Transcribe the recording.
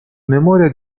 memoria